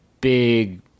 big